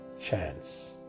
chance